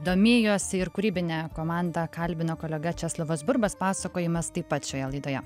domėjosi ir kūrybinę komandą kalbino kolega česlovas burbas pasakojimas taip pat šioje laidoje